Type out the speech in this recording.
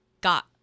got